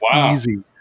easy